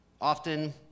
often